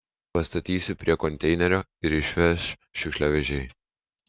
pastatysiu prie konteinerio ir išveš šiukšliavežiai